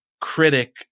critic